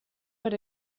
per